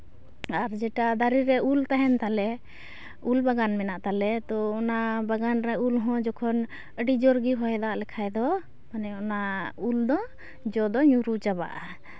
ᱟᱨ ᱡᱮᱴᱟ ᱫᱟᱨᱮ ᱨᱮ ᱩᱞ ᱛᱟᱦᱮᱱ ᱛᱟᱞᱮ ᱩᱞ ᱵᱟᱜᱟᱱ ᱦᱮᱱᱟᱜ ᱛᱟᱞᱮ ᱛᱚ ᱚᱱᱟ ᱵᱟᱜᱟᱱ ᱨᱮ ᱩᱞᱦᱚᱸ ᱡᱚᱠᱷᱚᱱ ᱟᱹᱰᱤ ᱡᱳᱨᱜᱮ ᱦᱚᱭᱫᱟᱜ ᱞᱮᱠᱷᱟᱡ ᱫᱚ ᱢᱟᱱᱮ ᱚᱱᱟ ᱩᱞᱫᱚ ᱡᱚ ᱫᱚ ᱧᱩᱨᱩ ᱪᱟᱵᱟᱜᱼᱟ